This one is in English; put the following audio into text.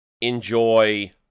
enjoy